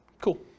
Cool